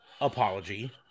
apology